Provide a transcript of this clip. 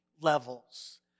levels